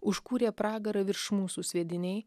užkūrė pragarą virš mūsų sviediniai